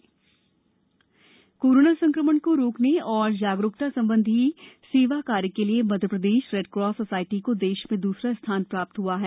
Red Cross corona संकमण को रोकने और जागरूकता संबंधी सेवा कार्य के लिये मध्यप्रदेश रेडकास सोसायटी को देश में दूसरा स्थान प्राप्त हुआ है